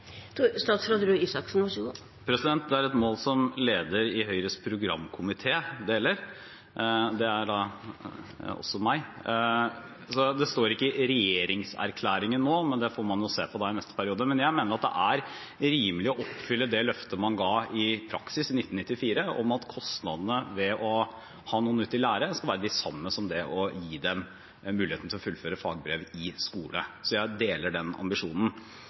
Det er et mål som leder i Høyres programkomité deler – det er meg. Det står ikke i regjeringserklæringen nå, men det får man se på i neste periode. Jeg mener at det er rimelig å oppfylle det løftet man i praksis ga i 1994, om at kostnadene ved å ha noen ute i lære skal være de samme som ved å gi dem muligheten til å fullføre fagbrev i skole. Jeg deler den ambisjonen.